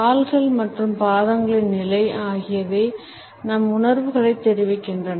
கால்கள் மற்றும் பாதங்களின் நிலை ஆகியவை நம் உணர்வுகளைத் தெரிவிக்கின்றன